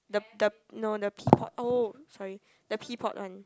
the the no the pea pot oh sorry the pea pot one